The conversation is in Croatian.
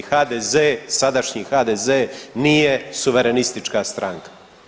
HDZ sadašnji HDZ nije suverenistička stranka.